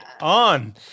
on